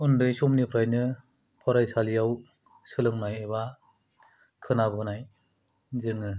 उन्दै समनिफ्रायनो फरायसालियाव सोलोंनाय एबा खोनाबोनाय जोङो